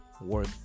work